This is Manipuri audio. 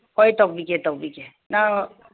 ꯍꯣꯏ ꯇꯧꯕꯤꯒꯦ ꯇꯧꯕꯤꯒꯦ ꯅꯪ